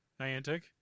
Niantic